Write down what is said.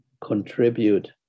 contribute